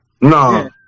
nah